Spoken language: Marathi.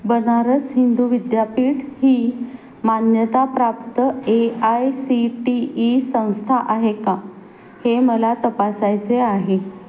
बनारस हिंदू विद्यापीठ ही मान्यताप्राप्त A I C T E संस्था आहे का हे मला तपासायचे आहे